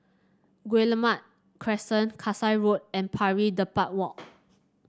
Guillemard Crescent Kasai Road and Pari Dedap Walk